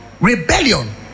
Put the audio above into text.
Rebellion